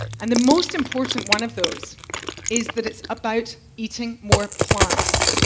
and the most important one of those is that it is about eating more plants.